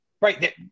Right